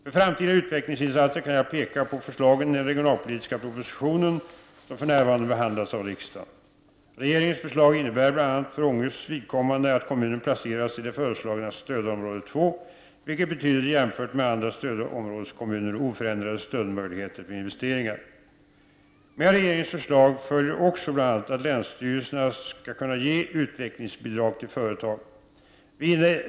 För framtida utvecklingsinsatser kan jag peka på förslagen i den regionalpolitiska propositionen som för närvarande behandlas av riksdagen. Regeringens förslag innebär bl.a. för Ånges vidkommande att kommunen placeras i det föreslagna stödområde 2, vilket betyder, jämfört med andra stödområdeskommuner, oförändrade stödmöjligheter för investeringar. Med regeringens förslag följer också bl.a. att länsstyrelserna skall kunna ge utvecklingsbidrag till företag.